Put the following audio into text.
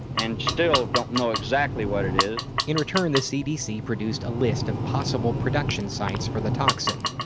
and still don't know exactly what it is. in return, the cdc produced a list of possible production sites for the toxin.